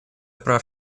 прав